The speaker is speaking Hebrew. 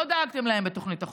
לא דאגתם להם בתוכנית החומש.